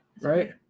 Right